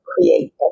create